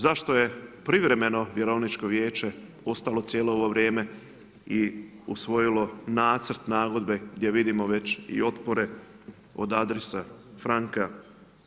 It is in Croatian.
Zašto je Privremeno vjerovničko vijeće ostalo cijelo ovo vrijeme i usvojilo nacrt nagodbe gdje vidimo već i otpore od Adrisa, Francka?